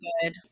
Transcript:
good